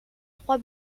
trois